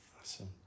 Awesome